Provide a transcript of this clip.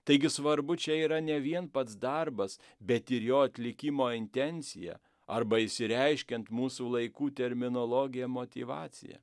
taigi svarbu čia yra ne vien pats darbas bet ir jo atlikimo intencija arba išsireiškiant mūsų laikų terminologija motyvacija